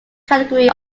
category